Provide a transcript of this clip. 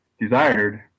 desired